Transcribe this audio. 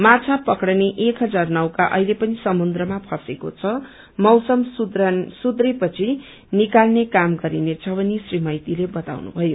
माछा पक्रने एक हजार नौका अहिले पनि समुन्द्रमा फँसेको छ मौसम सुव्रिए पछि निकाल्ने काम गरिनेछ भनी श्री मौतीले बताउनुषयो